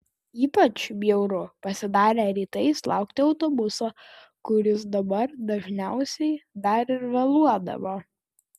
ypač bjauru pasidarė rytais laukti autobuso kuris dabar dažniausiai dar ir vėluodavo